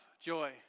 joy